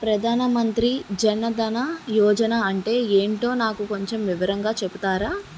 ప్రధాన్ మంత్రి జన్ దన్ యోజన అంటే ఏంటో నాకు కొంచెం వివరంగా చెపుతారా?